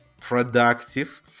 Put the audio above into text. productive